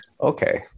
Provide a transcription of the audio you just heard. okay